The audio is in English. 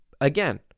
Again